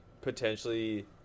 potentially